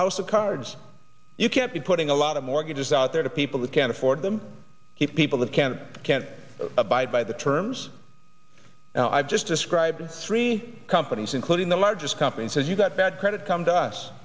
house of cards you can't be putting a lot of mortgages out there to people who can't afford them the people that can't can't abide by the terms now i've just described three companies including the largest companies as you got bad credit come to us